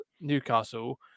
Newcastle